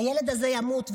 הילד הזה ימות.